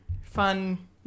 fun